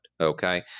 Okay